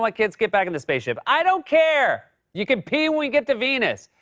like kids? get back in the sponsorship. i don't care! you can pee when we get to venus!